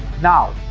now,